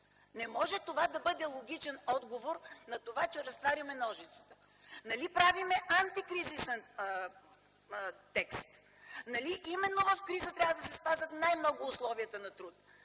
Не може това да бъде логичен отговор – на това, че разтваряме ножицата. Нали правим антикризисен текст? Нали именно в криза трябва да се спазват най-много условията на труд?